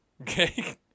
Okay